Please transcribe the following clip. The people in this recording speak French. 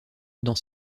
dans